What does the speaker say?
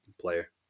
player